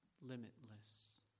limitless